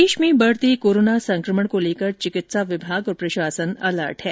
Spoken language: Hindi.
प्रदेश में बढ़ते कोरोना संकमण को लेकर चिकित्सा विभाग और प्रशासन अलर्ट है